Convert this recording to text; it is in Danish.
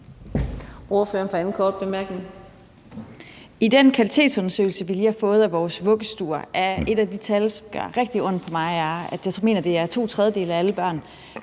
Kl. 11:17 Lotte Rod (RV): I den kvalitetsundersøgelse, vi lige har fået af vores vuggestuer, er et af de tal, som gør rigtig ondt på mig, at det – mener jeg så det er – er to tredjedele af alle børn,